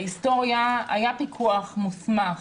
בהיסטוריה היה פיקוח מוסמך